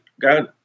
God